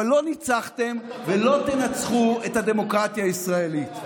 אבל לא ניצחתם ולא תנצחו את הדמוקרטיה הישראלית.